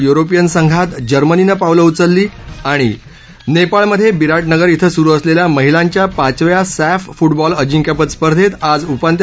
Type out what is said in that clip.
European संघात जर्मनीनं पावलं उचलली नेपाळमध्ये बिराटनगर इथं सुरू असलेल्या महिलांच्या पाचव्या सॅफ फूटबॉल अजिंक्यपद स्पर्धेत आज उपांत्य